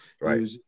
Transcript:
Right